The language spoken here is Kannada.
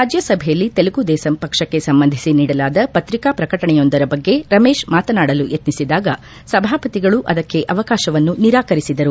ರಾಜ್ಞಸಭೆಯಲ್ಲಿ ತೆಲುಗು ದೇಸಂ ಪಕ್ಷಕ್ಕೆ ಸಂಬಂಧಿಸಿ ನೀಡಲಾದ ಪತ್ರಿಕಾ ಪ್ರಕಟಣೆಯೊಂದರ ಬಗ್ಗೆ ರಮೇಶ್ ಮಾತನಾಡಲು ಯತ್ನಿಸಿದಾಗ ಸಭಾಪತಿಗಳು ಅದಕ್ಕೆ ಅವಕಾಶವನ್ನು ನಿರಾಕರಿಸಿದರು